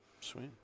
Sweet